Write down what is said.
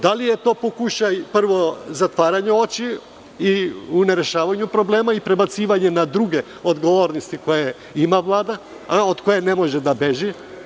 Da li je to pokušaj zatvaranja očiju, u ne rešavanju problema i prebacivanje na druge odgovornosti koje ima Vlada, a od kojih ne može da beži.